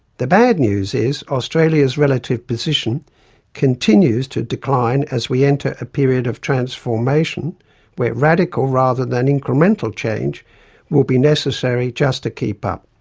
the bad news is, australia's relative position continues to decline as we enter a period of transformation where radical rather than incremental change will be necessary just to keep up.